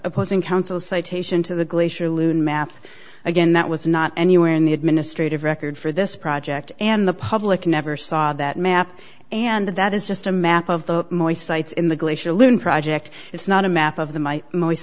opposing counsel citation to the glacier loon map again that was not anywhere in the administrative record for this project and the public never saw that map and that is just a map of the moist sites in the glacier loon project it's not a map of the my